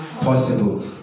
possible